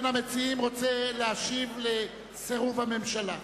מן המציעים, רוצה להשיב על סירוב הממשלה.